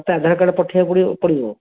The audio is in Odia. ଆଧାର କାର୍ଡ ପଠେଇବାକୁ ପଡ଼ିବ ପଡ଼ିବ